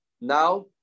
now